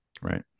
Right